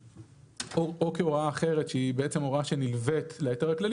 או כהוראה אחרת שהיא בעצם הוראה שנלוות להיתר הכללי